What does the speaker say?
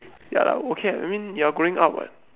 ya lah okay I mean you are growing up what